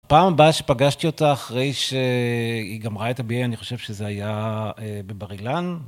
הפעם הבאה שפגשתי אותה אחרי שהיא גמרה את הבי-איי, אני חושב שזה היה בבר-אילן.